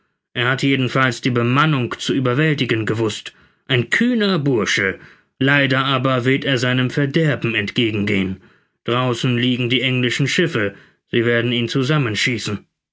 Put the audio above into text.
er hat jedenfalls die bemannung zu überwältigen gewußt ein kühner bursche leider aber wird er seinem verderben entgegengehen draußen liegen die englischen schiffe sie werden ihn zusammenschießen